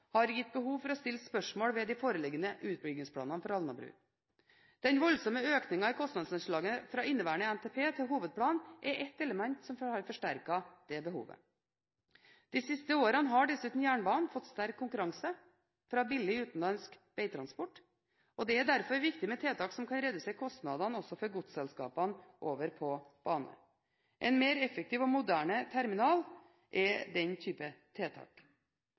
har gitt behov for å stille spørsmål ved de foreliggende utbyggingsplanene for Alnabru. Den voldsomme økningen i kostnadsanslaget fra inneværende NTP til hovedplan er ett element som har forsterket det behovet. De siste årene har dessuten jernbanen fått sterk konkurranse fra billig utenlandsk veitransport. Det er derfor viktig med tiltak som kan redusere kostnadene for godsselskapene over på bane. En mer effektiv og moderne terminal er den type tiltak.